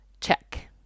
check